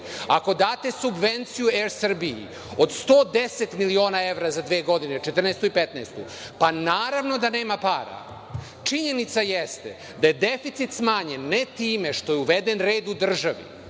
ako date subvenciju ER Srbiji od 110 miliona evra za dve godine, 2014. i 2015. godinu, pa naravno da nema para. Činjenica jeste da je deficit smanjen, ne time što je uveden red u državi,